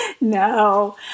no